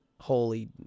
holy